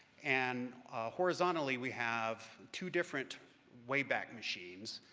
and horizontally we have two different wayback machines,